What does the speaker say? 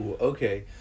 Okay